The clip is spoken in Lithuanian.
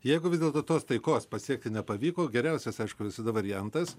jeigu vis dėlto tos taikos pasiekti nepavyko geriausias aišku visada variantas